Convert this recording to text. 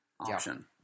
option